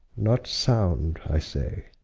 not sound i say